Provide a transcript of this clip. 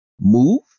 move